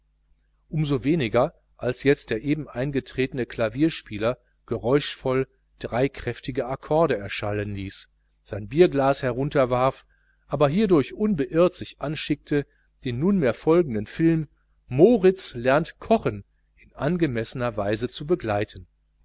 so weniger als jetzt der eben eingetretene klavierspieler geräuschvoll drei kräftige akkorde erschallen ließ sein bierglas herunterwarf aber hierdurch unbeirrt sich anschickte den nunmehr folgenden film moritz lernt kochen in angemessener weise zu begleiten